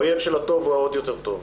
האויב של הטוב הוא העוד יותר טוב.